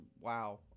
wow